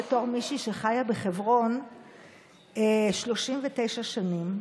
בתור מישהי שחיה בחברון 39 שנים,